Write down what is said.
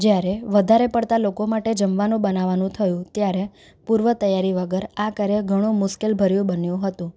જ્યારે વધારે પડતા લોકો માટે જમવાનું બનાવવાનું થયું ત્યારે પૂર્વ તૈયારી વગર આ કાર્ય ઘણો મુશ્કેલભર્યું બન્યું હતું